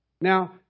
Now